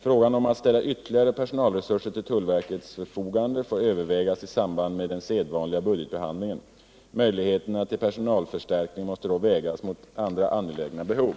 Frågan om att ställa ytterligare personalresurser till tullverkets förfogande får övervägas i samband med den sedvanliga budgetbehandlingen. Möjligheterna till personalförstärkning måste dock vägas mot andra angelägna behov.